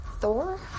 Thor